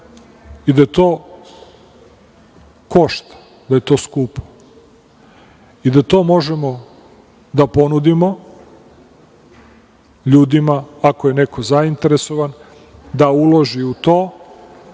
i da to košta, da je to skupo i da to možemo da ponudimo ljudima ako je neko zainteresovan da uloži u to